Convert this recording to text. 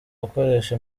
gukoresha